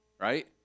right